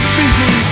busy